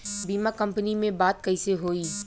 बीमा कंपनी में बात कइसे होई?